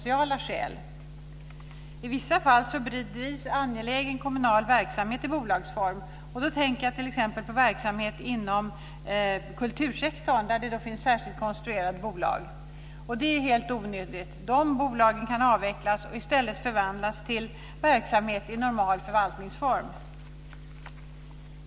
I vissa fall bedrivs angelägen kommunal verksamhet i bolagsform, och då tänker jag på verksamhet inom kultursektorn. Där finns det särskilt konstruerade bolag. Det är helt onödigt. Dessa bolag kan avvecklas och i stället förvandlas till verksamhet i normal förvaltningsform.